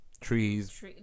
trees